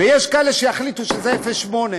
ויש כאלה שיחליטו שזה 0.8%,